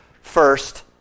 first